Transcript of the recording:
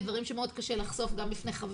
דברים שמאוד קשה לחשוף גם בפני חבר,